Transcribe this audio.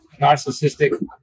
narcissistic